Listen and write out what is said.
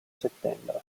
settembre